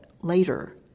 later